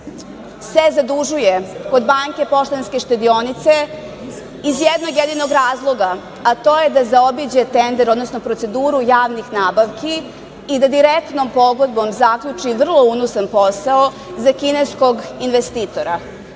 se zadužuje kod Banke Poštanske štedionice iz jednog jedinog razloga, a to je da zaobiđe tender, odnosno proceduru javnih nabavki i da direktnom pogodbom zaključi vrlo unosan posao za kineskog investitora.